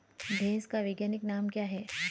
भैंस का वैज्ञानिक नाम क्या है?